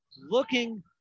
looking